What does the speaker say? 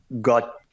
got